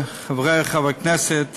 חברי חברי הכנסת,